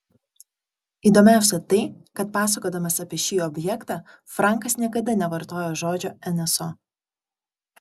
įdomiausia tai kad pasakodamas apie šį objektą frankas niekada nevartojo žodžio nso